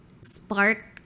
spark